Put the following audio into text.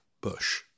Bush